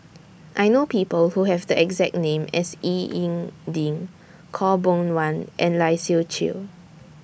I know People Who Have The exact name as Ying E Ding Khaw Boon Wan and Lai Siu Chiu